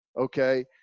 Okay